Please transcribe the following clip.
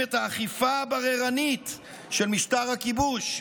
את האכיפה הבררנית של משטר הכיבוש.